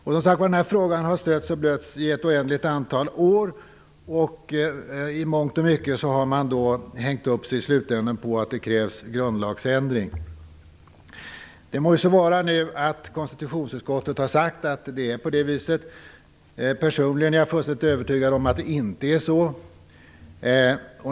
Den här frågan har som sagt stötts och blötts i ett oändligt antal år, och i mångt och mycket har man i slutändan hängt upp sig på att det krävs en grundlagsändring. Det må så vara att konstitutionsutskottet har sagt att det är på det viset. Personligen är jag fullständigt övertygad om att det inte är så.